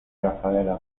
rafaela